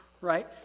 right